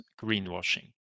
greenwashing